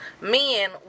Men